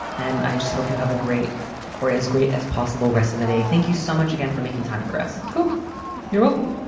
and i just hope you have a great or as great as possible rest of the day. thank you so much again for making time for us. you're welcome